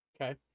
Okay